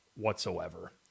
whatsoever